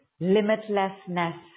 limitlessness